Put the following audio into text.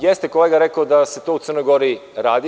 Jeste kolega rekao da se to u Crnoj Gori radi.